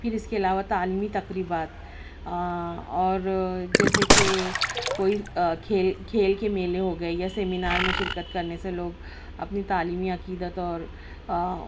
پھر اس کے علاوہ تعلمی تقریبات اور جیسے کہ کوئی کھیل کھیل کے میلے ہو گئے یا سیمنار میں شرکت کرنے سے لوگ اپنی تعلیمی عقیدت اور